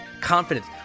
confidence